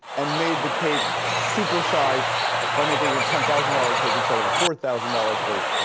and made the cake supersized by making a ten thousand dollars cake instead of a four thousand dollars cake.